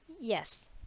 Yes